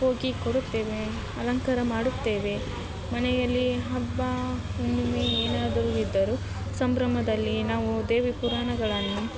ಹೋಗಿ ಕೊಡುತ್ತೇವೆ ಅಲಂಕಾರ ಮಾಡುತ್ತೇವೆ ಮನೆಯಲ್ಲಿ ಹಬ್ಬ ಹುಣ್ಣಿಮೆ ಏನಾದರೂ ಇದ್ದರೆ ಸಂಭ್ರಮದಲ್ಲಿ ನಾವು ದೇವಿ ಪುರಾಣಗಳನ್ನು